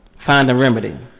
find a remedy.